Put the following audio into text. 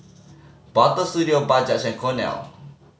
Butter Studio Bajaj and Cornell